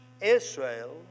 Israel